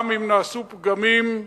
גם אם נעשו פגמים,